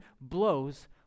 blows